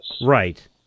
right